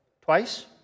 Twice